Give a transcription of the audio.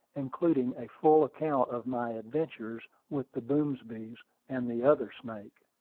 including a full account of my adventures with the boomsbys and the other snake.